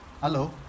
hello